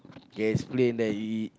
can explain that he